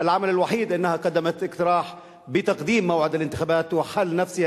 זו הזדמנות בשבילכם גם להקשיב לנאומים בערבית,